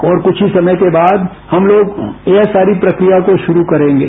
और कुछ ही समय बाद हम लोग यह सारी प्रक्रिया को शुरू करेंगे